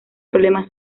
problemas